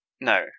No